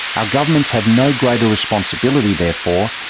our governments have no greater responsibility, therefore,